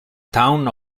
town